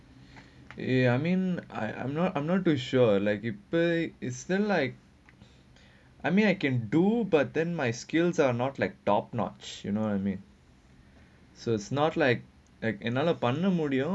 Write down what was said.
eh I mean I I'm not I'm not too sure like the pay like I mean I can do but then my skills are not like top notch you know what I mean so it's not like at another என்னால் பண்ண முடியும்:ennaal panna mudiyum